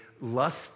lust